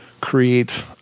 create